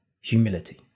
humility